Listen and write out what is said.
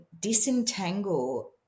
disentangle